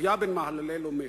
"עקביא בן מהללאל אומר: